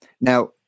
Now